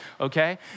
okay